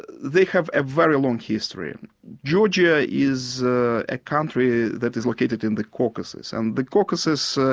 they have a very long history. georgia is a country that is located in the caucasus, and the caucasus, ah